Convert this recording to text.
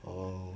orh